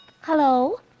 Hello